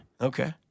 Okay